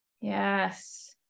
yes